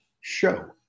show